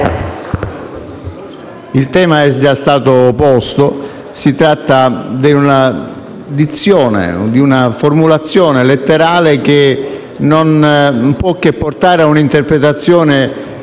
Il tema è già stato posto: si tratta di una dizione, di una formulazione letterale che non può che portare a un'interpretazione